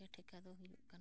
ᱜᱮ ᱴᱷᱮᱠᱟ ᱫᱚ ᱦᱩᱭᱩᱜ ᱠᱟᱱᱟ